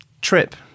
trip